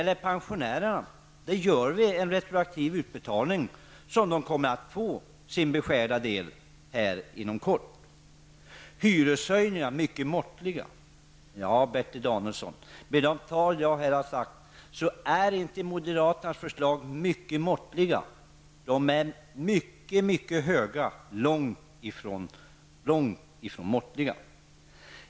Till pensionärerna gör vi en retroaktiv utbetalning, så de kommer att få sin beskärda del inom kort. Bertil Danielsson talar om mycket måttliga hyreshöjningar med moderaternas förslag. Som jag har visat med siffror, blir höjningarna mycket mycket stora, långt ifrån måttliga.